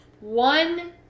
one